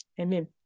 amen